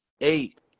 Eight